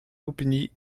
pupponi